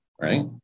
right